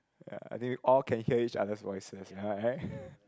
ya I think all can hear each other's voices ya right